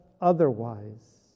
otherwise